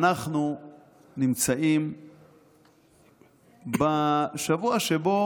אנחנו נמצאים בשבוע שבו